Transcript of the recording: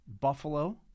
Buffalo